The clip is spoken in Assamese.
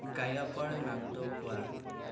গায়কৰ নামটো কোৱা